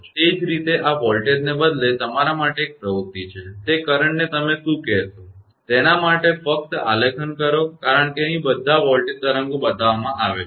તે જ રીતે આ વોલ્ટેજને બદલે તમારા માટે એક પ્રવૃતિ છે તે કરંટને તમે શું કહેશો તેના માટે ફકત આલેખન કરો કારણ કે અહીં બધા વોલ્ટેજ તરંગો બતાવવામાં આવેલ છે